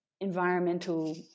environmental